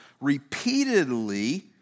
repeatedly